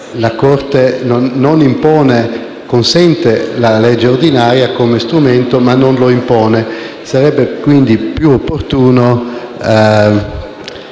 la Corte consente la legge ordinaria come strumento e non lo impone. Sarebbe quindi più opportuno